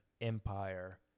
Empire